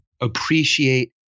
Appreciate